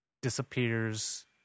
disappears